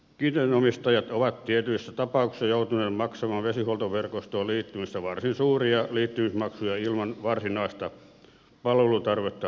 kiinteistön omistajat ovat tietyissä tapauksissa joutuneet maksamaan vesihuoltoverkostoon liittymisestä varsin suuria liittymismaksuja ilman varsinaista palvelutarvetta tai hyötyä